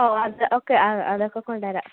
ഓ അത് ഓക്കെ ആ അതൊക്കെ കൊണ്ടുവരാം